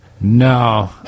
No